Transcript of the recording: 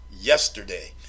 yesterday